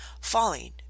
Falling